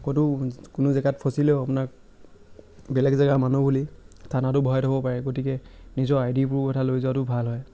ক'তো কোনো জেগাত ফচিলেও আপোনাক বেলেগ জেগাৰ মানুহ বুলি থানাতো ভৰাই থ'ব পাৰে গতিকে নিজৰ আইডি প্ৰুফ এটা লৈ যোৱাটো ভাল হয়